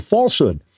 Falsehood